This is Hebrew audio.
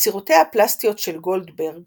יצירותיה הפלסטיות של גולדברג